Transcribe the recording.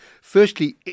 Firstly